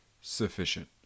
sufficient